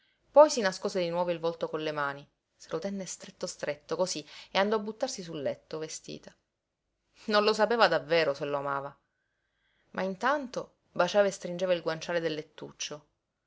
poi si nascose di nuovo il volto con le mani se lo tenne stretto stretto cosí e andò a buttarsi sul letto vestita non lo sapeva davvero se lo amava ma intanto baciava e stringeva il guanciale del lettuccio